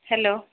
hello